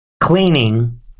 cleaning